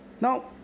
Now